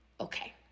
okay